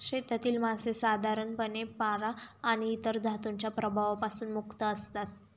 शेतातील मासे साधारणपणे पारा आणि इतर धातूंच्या प्रभावापासून मुक्त असतात